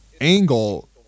angle